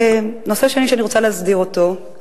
נושא שני שאני רוצה להסדיר אותו,